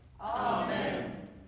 Amen